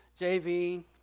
JV